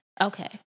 Okay